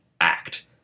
act